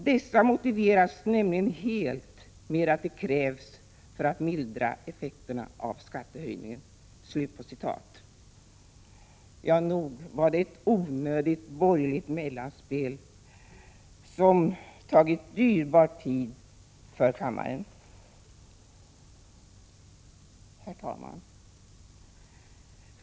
Dessa motiveras nämligen helt med att de krävs för att mildra effekterna av skattehöjningen.” Ja, nog var det ett onödigt borgerligt mellanspel som tagit dyrbar tid för kammaren. Herr talman!